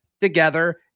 together